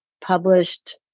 published